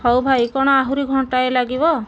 ହେଉ ଭାଇ କ'ଣ ଆହୁରି ଘଣ୍ଟାଏ ଲାଗିବ